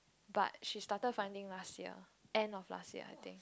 but she started finding last year end of last year I think